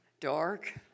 Dark